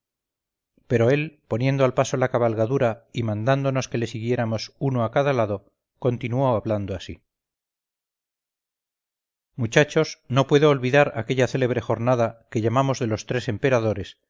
pero él poniendo al paso la cabalgadura y mandándonos que le siguiéramos uno a cada lado continuó hablando así muchachos no puedo olvidar aquella célebre jornada que llamamos de los tres emperadores